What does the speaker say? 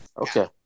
Okay